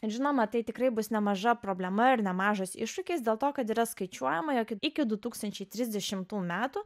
ir žinoma tai tikrai bus nemaža problema ir nemažas iššūkis dėl to kad yra skaičiuojama jog iki du tūkstančiai trisdešimtų metų